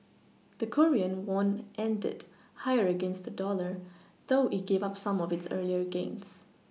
the Korean won ended higher against the dollar though it gave up some of its earlier gains